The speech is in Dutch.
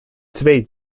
twee